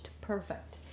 perfect